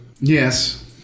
Yes